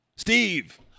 Steve